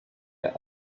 air